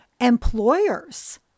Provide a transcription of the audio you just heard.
employers